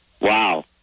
wow